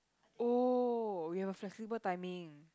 oh we have a flexible timing